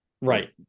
Right